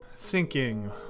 Sinking